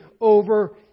over